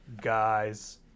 Guys